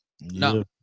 No